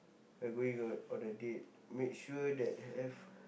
we're going on on a date make sure that have